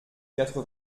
quatre